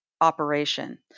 operation